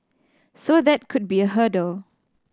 so that could be a hurdle